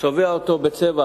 וצובע אותו בצבע